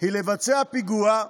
היא לבצע פיגוע,